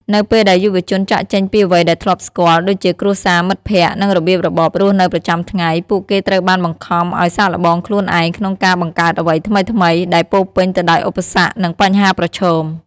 នៅពេលដែលយុវជនចាកចេញពីអ្វីដែលធ្លាប់ស្គាល់ ដូចជាគ្រួសារ មិត្តភក្តិ និងរបៀបរបបរស់នៅប្រចាំថ្ងៃ ពួកគេត្រូវបានបង្ខំឱ្យសាកល្បងខ្លួនឯងក្នុងការបង្កើតអ្វីថ្មីៗ ដែលពោរពេញទៅដោយឧបសគ្គ និងបញ្ហាប្រឈម។